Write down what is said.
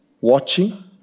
watching